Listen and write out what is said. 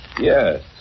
Yes